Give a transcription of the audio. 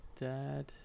dad